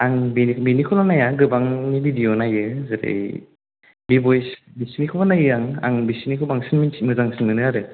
आं बेनिखौल' नाया गोबांनि भिडिय' नायो जेरै बिबयस बिसिनिखौबो नायो आं बिसिनिखौ बांसिन मोजांसिन मोनो आरो